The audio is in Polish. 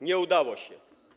Nie udało się.